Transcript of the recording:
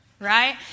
right